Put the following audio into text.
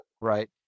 Right